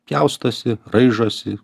pjaustosi raižosi